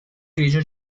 grigio